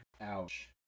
Ouch